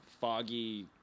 foggy